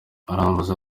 arambaza